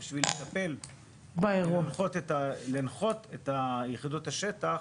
בשביל לטפל ולהנחות את יחידות השטח